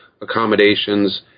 accommodations